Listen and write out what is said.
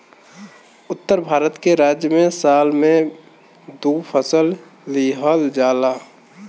उत्तर भारत के राज्य में साल में दू फसल लिहल जाला